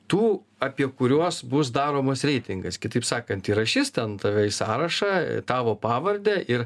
tų apie kuriuos bus daromas reitingas kitaip sakant įrašys ten tave į sąrašą tavo pavardę ir